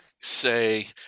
say